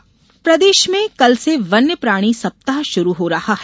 वन्य प्राणी सप्ताह प्रदेश में कल से वन्य प्राणी सप्ताह शुरू हो रहा है